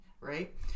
right